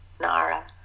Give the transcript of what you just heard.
Nara